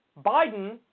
Biden